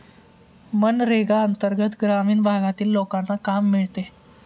मनरेगा अंतर्गत ग्रामीण भागातील लोकांना काम मिळते